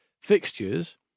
fixtures